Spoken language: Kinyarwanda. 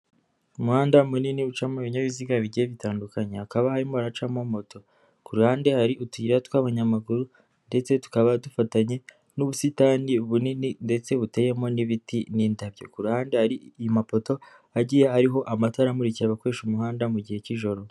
Umuhanda munini ucamo ibinyabiziga bigiye bitandukanye, hakaba harimo haracamo moto, ku ruhande hari utuyira tw'abanyamaguru ndetse tukaba dufatanye n'ubusitani bunini ndetse buteyemo n'ibiti n'indabyo, ku ruhande hari amapoto agiye ariho amatara amurikira abakoresha umuhanda mu gihe cy'ijoro.